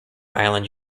island